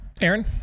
Aaron